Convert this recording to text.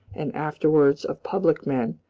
and afterwards of public men,